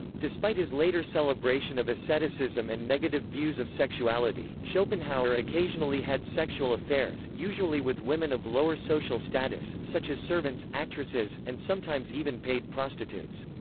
despite his later celebration of asceticism and negative views of sexuality, schopenhauer occasionally had sexual affairs, usually with women of lower social status, such as servants, actresses, and sometimes even paid prostitutes.